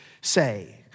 say